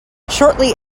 shortly